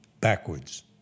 backwards